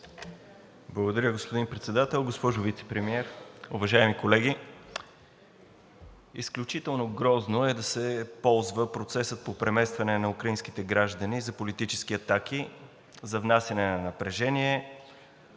Благодаря, господин Председател. Госпожо Вицепремиер, уважаеми колеги! Изключително грозно е да се ползва процесът по преместване на украинските граждани за политически атаки, за внасяне на напрежение,